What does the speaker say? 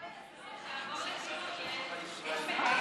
חקיקה),